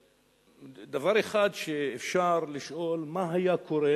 דבר אחד שאפשר לשאול: מה היה קורה